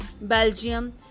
Belgium